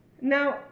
Now